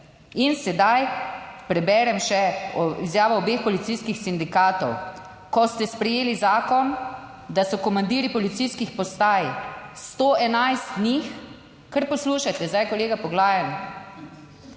In sedaj preberem še izjavo obeh policijskih sindikatov, ko ste sprejeli zakon, da so komandirji policijskih postaj, 111 nji ... Kar poslušajte zdaj, kolega Poglajen.